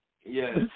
yes